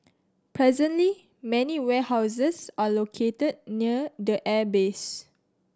presently many warehouses are located near the airbase